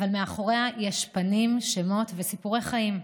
אבל מאחוריה יש פנים, שמות וסיפורי חיים.